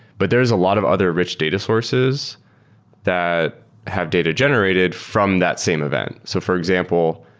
but there is a lot of other rich data sources that have data generated from that same event. so for example,